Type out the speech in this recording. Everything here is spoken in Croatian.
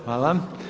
Hvala.